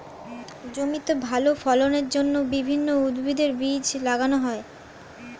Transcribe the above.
জমিতে ভালো ফলনের জন্য বিভিন্ন উদ্ভিদের বীজ লাগানো হয়